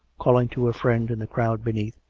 calling to a friend in the crowd be neath,